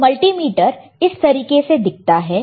तो मल्टीमीटर इस तरीके से दिखता है